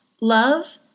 Love